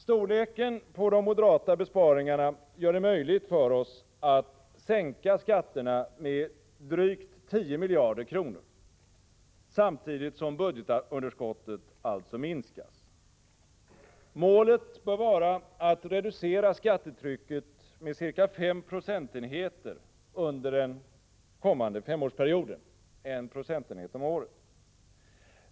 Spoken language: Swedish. Storleken på de moderata besparingarna gör det möjligt för oss att sänka skatterna med drygt 10 miljarder kronor, samtidigt som budgetunderskottet alltså minskas. Målet bör vara att reducera skattetrycket med ca 5 procentenheter under den kommande femårsperioden — en procentenhet om året.